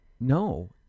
no